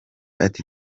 ati